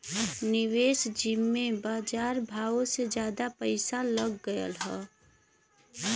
निवेस जिम्मे बजार भावो से जादा पइसा लग गएल हौ